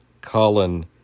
Colin